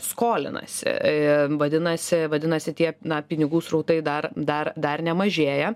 skolinasi vadinasi vadinasi tie na pinigų srautai dar dar dar nemažėja